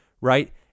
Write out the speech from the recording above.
right